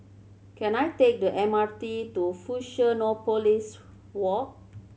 can I take the M R T to Fusionopolis Walk